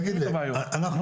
תגיד לי, אנחנו